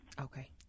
okay